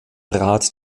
rat